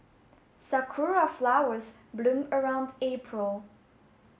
sakura flowers bloom around April